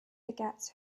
begets